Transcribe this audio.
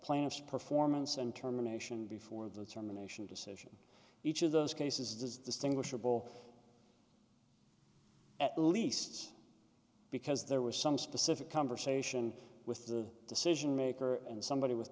plans performance and terminations before the termination decision each of those cases is distinguishable at least because there was some specific conversation with the decision maker and somebody w